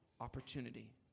opportunity